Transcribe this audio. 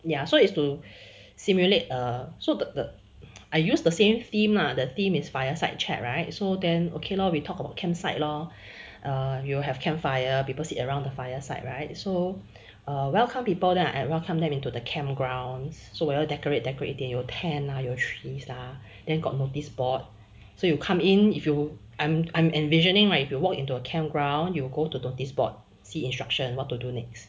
ya so is to simulate a so the the I use the same theme lah the theme is fireside chat right so then okay lor we talk about campsite lor err you will have campfire people sit around the fire side right so err welcome people then I welcome them into the camp grounds so 我要 decorate decorate 一点有 tent ah your trees lah then got notice board so you come in if you I'm I'm envisioning right if you walk into a campground you'll go to notice board see instruction what to do next